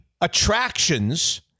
attractions